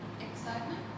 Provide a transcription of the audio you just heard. Excitement